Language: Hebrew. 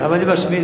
למה אני משמיץ?